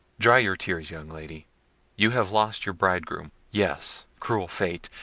dry your tears, young lady you have lost your bridegroom. yes, cruel fate!